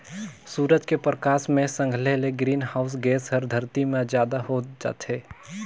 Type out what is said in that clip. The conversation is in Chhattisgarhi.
सूरज के परकास मे संघले ले ग्रीन हाऊस गेस हर धरती मे जादा होत जाथे